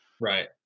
right